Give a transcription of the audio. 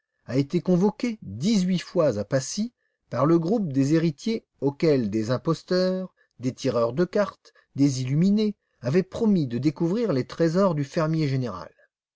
a été convoqué dix-huit fois à passy par le groupe des héritiers auxquels des imposteurs des tireurs de cartes des illuminés avaient promis de découvrir les trésors du fermier général